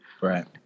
Right